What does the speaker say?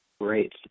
Great